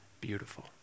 beautiful